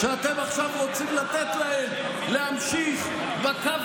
שאתם עכשיו רוצים לתת להם להמשיך בקו